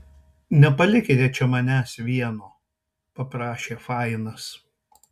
nepalikite čia manęs vieno paprašė fainas